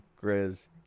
Grizz